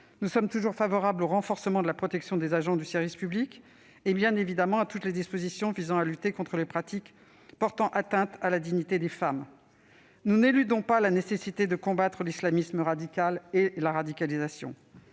Nous sommes toujours favorables au renforcement de la protection des agents du service public et, bien évidemment, à toutes les dispositions visant à lutter contre les pratiques portant atteinte à la dignité des femmes. Nous n'éludons pas la nécessité de combattre l'islamisme radical et la radicalisation.